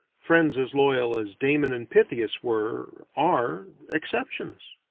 friends as loyal as damon and pythias were, are exceptions.